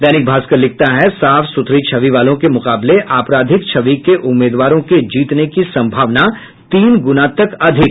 दैनिक भास्कर लिखता है साफ सुथरी छवि वालों के मुकाबले आपराधिक छवि के उम्मीदवारों को जीतने की संभावना तीन गुना तक अधिक